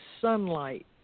sunlight